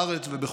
בארץ ובחו"ל.